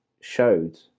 showed